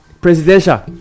presidential